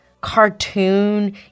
cartoon